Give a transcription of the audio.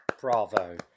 Bravo